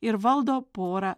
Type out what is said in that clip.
ir valdo porą